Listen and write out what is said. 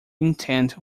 intent